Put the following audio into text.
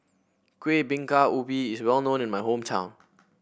Kuih Bingka Ubi is well known in my hometown